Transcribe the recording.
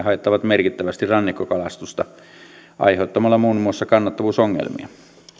haittaavat merkittävästi rannikkokalastusta aiheuttamalla muun muassa kannattavuusongelmia